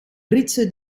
britse